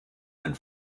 and